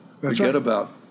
forget-about